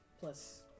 Plus